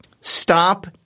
Stop